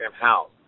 house